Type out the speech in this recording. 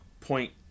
point